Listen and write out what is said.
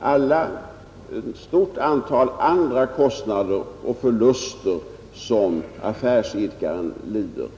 om många andra kostnader och förluster som affärsidkare lider.